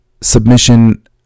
submission